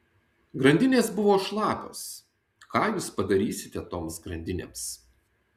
grandinės buvo šlapios ką jūs padarysite toms grandinėms